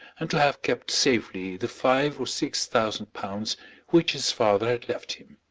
and to have kept safely the five or six thousand pounds which his father had left him.